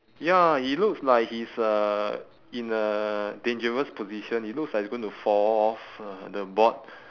ya he looks like he is uh in a dangerous position he looks like he is going to fall off uh the board